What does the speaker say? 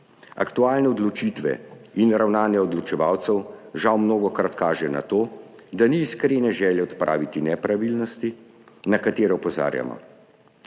Aktualne odločitve in ravnanja odločevalcev žal mnogokrat kažejo na to, da ni iskrene želje odpraviti nepravilnosti, na katere opozarjamo.